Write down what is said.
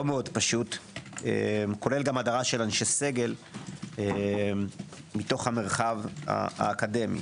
לא פשוט כולל הדרת אנשי סגל מתוך המרחב האקדמי.